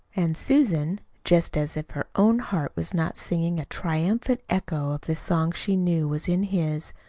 and susan, just as if her own heart was not singing a triumphant echo of the song she knew was in his,